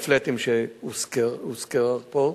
ה"פלאטים" שהוזכרו פה,